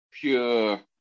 pure